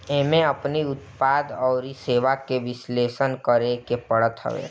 एमे अपनी उत्पाद अउरी सेवा के विश्लेषण करेके पड़त हवे